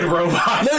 robot